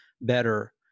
better